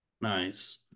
nice